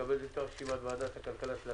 אני מתכבד לפתוח את ישיבת ועדת הכלכלה של הכנסת,